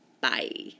Bye